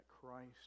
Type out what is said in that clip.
Christ